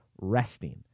resting